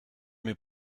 mes